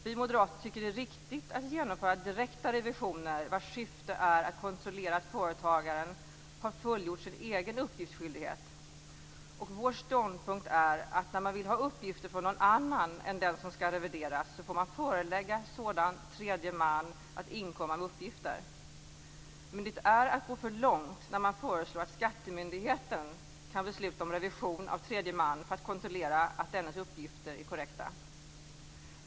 Vi moderater tycker det är riktigt att genomföra direkta revisioner vars syfte är att kontrollera att företagaren har fullgjort sin egen uppgiftsskyldighet. Vår ståndpunkt är att när man vill ha uppgifter från någon annan än den som skall revideras får man förelägga sådan tredje man att inkomma med uppgifter. Men det är att gå för långt när man föreslår att skattemyndigheten kan besluta om revision av tredje man för att kontrollera att dennes uppgifter i sin tur är korrekta.